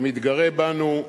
אתה מתגרה בנו,